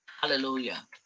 Hallelujah